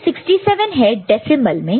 यह 67 है डेसिमल में